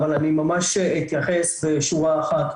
אבל אני ממש אתייחס בשורה אחת.